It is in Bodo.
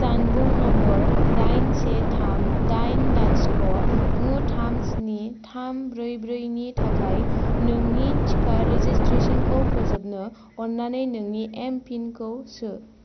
जानबुं नम्बर दाइन से थाम दाइन लाथिख' गु थाम स्नि थाम ब्रै ब्रै नि थाखाय नोंनि टिका रेजिस्ट्रेशनखौ फोजोबनो अन्नानै नोंनि एमपिन खौ सो